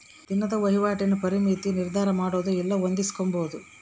ದಿನದ ವಹಿವಾಟಿನ ಪರಿಮಿತಿನ ನಿರ್ಧರಮಾಡೊದು ಇಲ್ಲ ಹೊಂದಿಸ್ಕೊಂಬದು